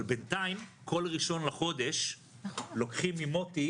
אבל בינתיים כל 1 בחודש לוקחים ממוטי